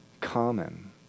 common